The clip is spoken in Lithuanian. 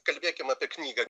kalbėkime apie knygą